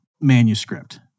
manuscript